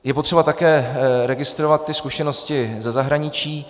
Je potřeba také registrovat zkušenosti ze zahraničí.